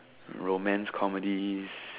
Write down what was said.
romance comedies